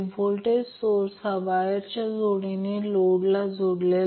या सर्व गोष्टी आपण मिळवल्या आहेत याचा अर्थ सबस्टीत्युशन केल्या नंतर ω 1√LC√2Q022 Q02 1 असेल